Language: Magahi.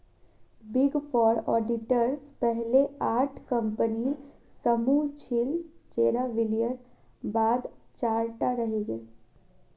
बिग फॉर ऑडिटर्स पहले आठ कम्पनीर समूह छिल जेरा विलयर बाद चार टा रहेंग गेल